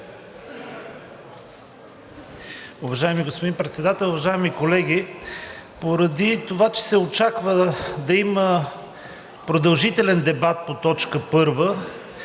Уважаеми господин Председател, уважаеми колеги! Поради това, че се очаква да има продължителен дебат по т. 1